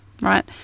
right